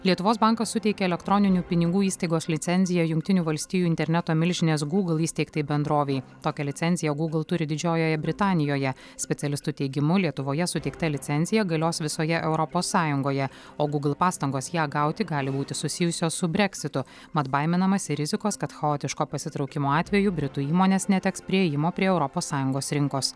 lietuvos bankas suteikė elektroninių pinigų įstaigos licenciją jungtinių valstijų interneto milžinės gūgl įsteigtai bendrovei tokią licenciją gūgl turi didžiojoje britanijoje specialistų teigimu lietuvoje suteikta licencija galios visoje europos sąjungoje o gūgl pastangos ją gauti gali būti susijusios su breksitu mat baiminamasi rizikos kad chaotiško pasitraukimo atveju britų įmonės neteks priėjimo prie europos sąjungos rinkos